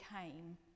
came